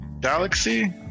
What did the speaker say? Galaxy